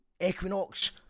equinox